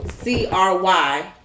C-R-Y